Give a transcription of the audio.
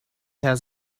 has